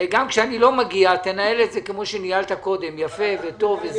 גם כשאני לא מגיע, תנהל את זה יפה וטוב.